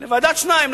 נכון, לוועדת שניים.